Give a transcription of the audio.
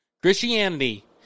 christianity